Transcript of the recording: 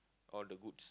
all the goods